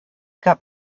gab